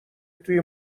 توی